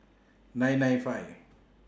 nine nine five